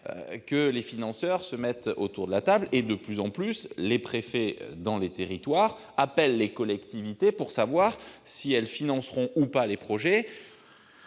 que les financeurs se mettent autour de la table. De plus en plus, les préfets appellent les collectivités pour savoir si elles financeront ou pas les projets,